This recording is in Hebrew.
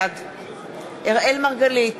בעד אראל מרגלית,